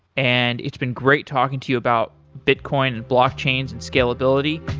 and it's been great talking to you about bitcoin and blockchains and scalability.